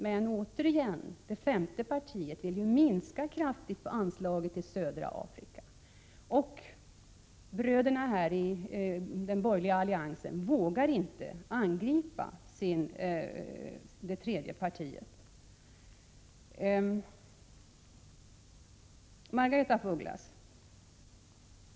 Men, återigen, det femte partiet vill kraftigt minska anslaget till södra Afrika, men bröderna i den borgerliga alliansen vågar inte angripa det tredje partiet. Margaretha af Ugglas!